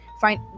find